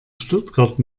stuttgart